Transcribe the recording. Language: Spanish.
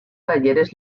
talleres